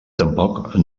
tampoc